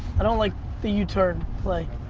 i don't like the yeah u-turn. like